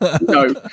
no